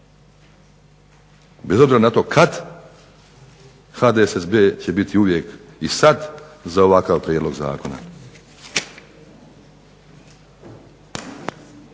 Bez obzira na to kad HDSSB će biti uvijek, i sad, za ovakav prijedlog zakona.